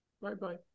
Bye-bye